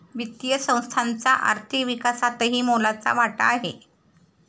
वित्तीय संस्थांचा आर्थिक विकासातही मोलाचा वाटा आहे